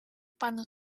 panu